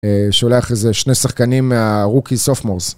שולח איזה שני שחקנים מהרוקי סופמורס.